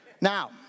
Now